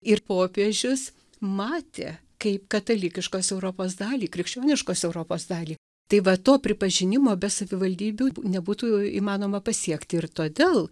ir popiežius matė kaip katalikiškos europos dalį krikščioniškos europos dalį tai va to pripažinimo be savivaldybių nebūtų įmanoma pasiekti ir todėl